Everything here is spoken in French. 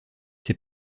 ses